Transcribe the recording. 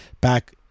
Back